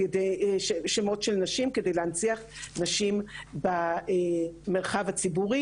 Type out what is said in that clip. לשמות של נשים כדי להנציח נשים במרחב הציבורי.